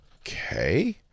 Okay